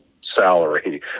salary